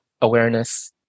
awareness